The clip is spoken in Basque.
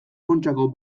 kontxako